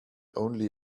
only